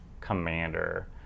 Commander